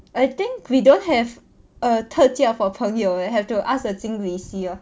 I think we don't have a 特价 for our 朋友 leh have to ask the 经理 here